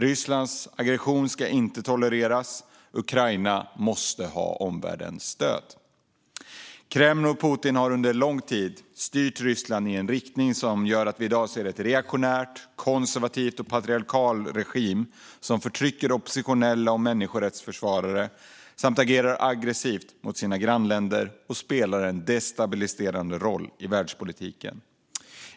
Rysslands aggression ska inte tolereras; Ukraina måste ha omvärldens stöd. Kreml och Putin har under lång tid styrt Ryssland i en riktning som gör att vi i dag ser en reaktionär, konservativ och patriarkal regim som förtrycker oppositionella och människorättsförsvarare samt agerar aggressivt mot sina grannländer och spelar en destabiliserande roll i världspolitiken.